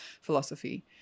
philosophy